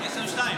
יש שם שניים.